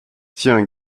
tiens